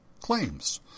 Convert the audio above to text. claims